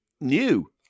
new